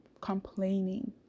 complaining